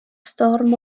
storm